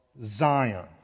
Zion